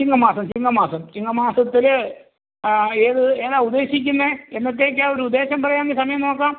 ചിങ്ങ മാസം ചിങ്ങ മാസം ചിങ്ങ മാസത്തിൽ ഏത് ഏതാ ഉദ്ദേശിക്കുന്നത് എന്നത്തേക്കാ ഒരു ഉദ്ദേശം പറയുകയാണെങ്കിൽ സമയം നോക്കാം